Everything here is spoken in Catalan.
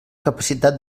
capacitat